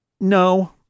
no